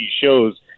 shows